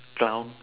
clown